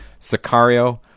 Sicario